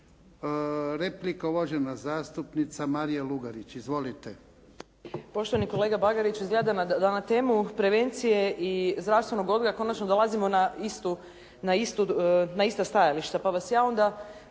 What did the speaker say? Replika uvažena zastupnica Marija Lugarić. Izvolite. **Lugarić, Marija (SDP)** Poštovani kolega Bagarić, izgleda da na temu prevencije i zdravstvenog odgoja konačno dolazimo na ista stajališta, pa vas ja onda